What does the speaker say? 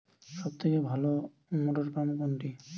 সবথেকে ভালো মটরপাম্প কোনটি?